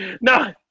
no